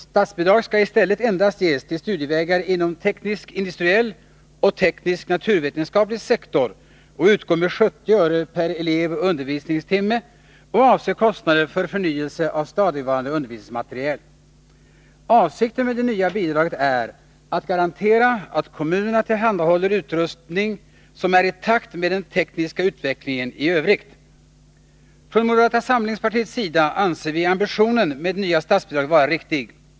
Statsbidrag skall i stället ges endast till studievägar inom teknisk-industriell och teknisk-naturvetenskaplig sektor, utgå med 70 öre per elev och undervisningstimme och avse kostnader för förnyelse av stadigvarande undervisningsmateriel. Avsikten med det nya bidraget är att garantera att kommunerna tillhandahåller utrustning som är i takt med den tekniska utvecklingen i övrigt. Från moderata samlingspartiets sida anser vi ambitionen med det nya statsbidraget vara riktig.